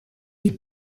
die